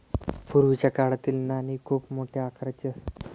पूर्वीच्या काळातील नाणी खूप मोठ्या आकाराची असत